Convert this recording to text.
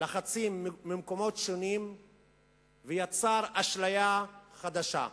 לחצים ממקומות שונים ויצר אשליה חדשה.